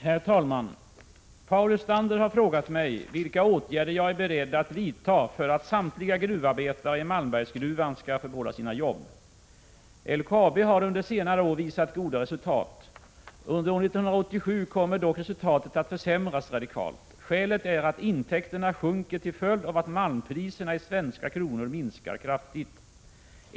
Herr talman! Paul Lestander har frågat mig vilka åtgärder jag är beredd att vidta för att samtliga gruvarbetare i Malmbergsgruvan skall få behålla sina jobb. LKAB har under senare år visat goda resultat. Under år 1987 kommer dock resultatet att försämras radikalt. Skälet är att intäkterna sjunker till följd av att malmpriserna i svenska kronor minskar kraftigt.